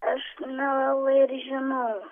aš nelabai ir žinau